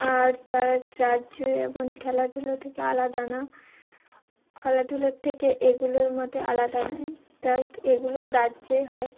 আর তারা রাজ্য এবং খেলাধুলা থেকে আলাদা না খেলাধুলার থেকে এগুলোর মতে আলাদা নয় তাই এগুলোও রাজ্যই হয়